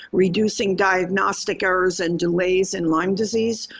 reducing diagnostic errors and delays in lyme disease,